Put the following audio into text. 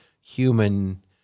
human